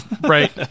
right